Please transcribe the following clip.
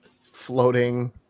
floating